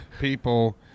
people